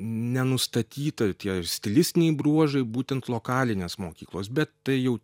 nenustatyta tie ir stilistiniai bruožai būtent lokalinės mokyklos bet tai jau